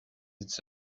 its